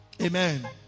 Amen